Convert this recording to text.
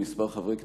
כמה חברי כנסת,